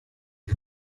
and